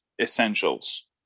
essentials